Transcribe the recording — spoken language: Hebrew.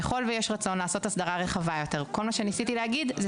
ככל שיש רצון לעשות הסדרה רחבה יותר כל מה שניסיתי להגיד זה